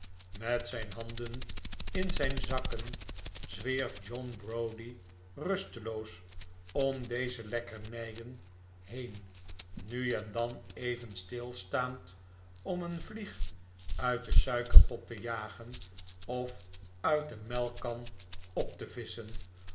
met zijn handen in zijn zakkeri zwierf john browdie rusteloos om deze lekkernijen heen nu en dan even stilstaand om een vlieg uit den suikerpot te jagen of uit de melkkan op te visschen